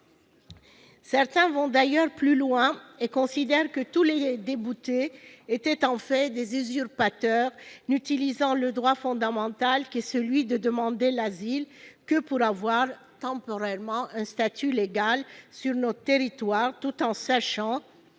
Certains vont d'ailleurs plus loin et considèrent que tous les déboutés sont en fait des usurpateurs, n'utilisant le droit fondamental qu'est celui de demander l'asile que pour bénéficier temporairement d'un statut légal sur notre territoire, tout en sachant